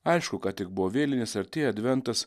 aišku ką tik buvo vėlinės artėja adventas